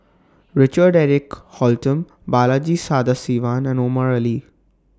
Richard Eric Holttum Balaji Sadasivan and Omar Ali